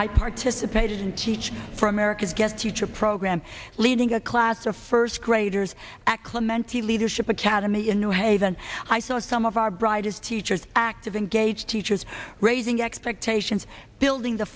i participated in teach for america guest teacher program leading a class of first graders at clemente leadership academy in new haven i saw some of our brightest teachers active engaged teachers raising expectations building the